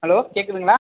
hello கேட்குதுங்களா